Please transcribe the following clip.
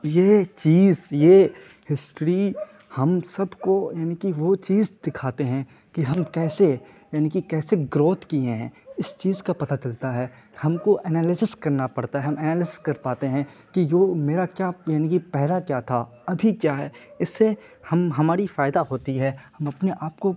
یہ چیز یہ ہسٹڑی ہم سب کو یعنی کہ وہ چیز دکھاتے ہیں کہ ہم کیسے یعنی کہ کیسے گروتھ کیے ہیں اس چیز کا پتا چلتا ہے ہم کو اینالسس کرنا پڑتا ہے ہم اینالسس کر پاتے ہیں کہ میرا کیا یعنی کہ پہلا کیا تھا ابھی کیا ہے اس سے ہم ہماری فائدہ ہوتی ہے ہم اپنے آپ کو